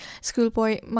schoolboy